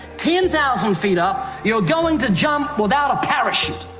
ten thousand feet up. you're going to jump without a parachute.